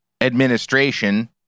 administration